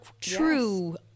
true